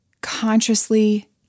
consciously